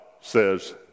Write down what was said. says